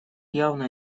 явно